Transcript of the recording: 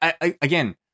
Again